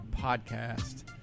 podcast